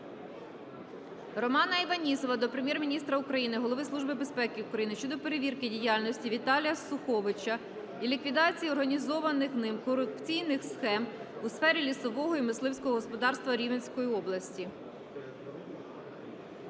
Романа Іванісова до Прем'єр-міністра України, Голови Служби безпеки України щодо перевірки діяльності Віталія Суховича і ліквідації організованих ним корупційних схем у сфері лісового і мисливського господарства Рівненської області.